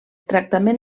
tractament